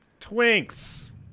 Twinks